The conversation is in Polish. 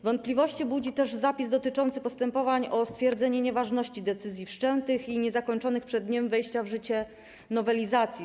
Wątpliwości budzi też zapis dotyczący postępowań o stwierdzenie nieważności decyzji wszczętych i niezakończonych przed dniem wejścia w życie nowelizacji.